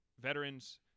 veterans